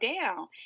down